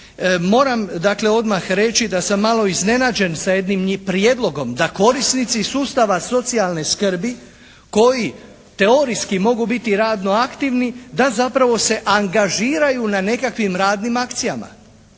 dakle odmah reći da sam malo iznenađen sa jednim prijedlogom da korisnici iz sustava socijalne skrbi koji teorijski mogu biti radno aktivni, da zapravo se angažiraju na nekakvim radnim akcijama.